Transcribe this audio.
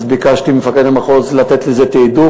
אז ביקשתי ממפקד המחוז לתת לזה תעדוף.